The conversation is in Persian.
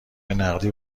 نقدی